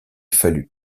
fallut